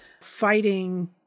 fighting